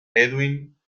edwin